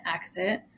exit